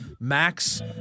max